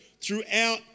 throughout